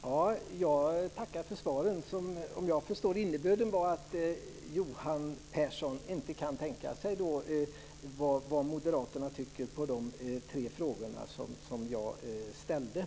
Fru talman! Jag tackar för svaren. Om jag förstod innebörden menade Johan Pehrsson att han inte kan tänka sig vad Moderaterna tycker på de tre frågor som jag ställde.